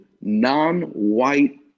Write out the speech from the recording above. non-white